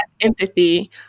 empathy